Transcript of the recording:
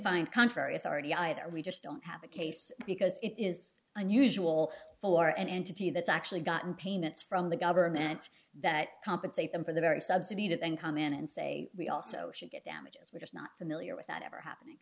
find contrary authority either we just don't have a case because it is unusual for an entity that's actually gotten payments from the government that compensate them for the very subsidy to then come in and say we also should get damages we're just not familiar with that ever happening